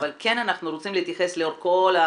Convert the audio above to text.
אבל אנחנו רוצים להתייחס לאורך כל ה